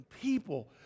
people